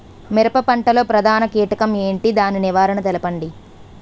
మిరప పంట లో ప్రధాన కీటకం ఏంటి? దాని నివారణ తెలపండి?